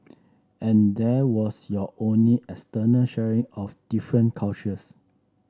and that was your only external sharing of different cultures